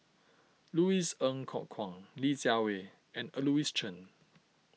Louis Ng Kok Kwang Li Jiawei and Louis Chen